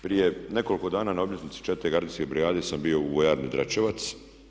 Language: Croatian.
Prije nekoliko dana na obljetnici 4. gardijske brigade sam bio u vojarni Dračevac.